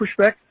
pushback